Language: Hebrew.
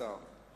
השר,